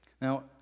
Now